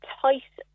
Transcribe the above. tight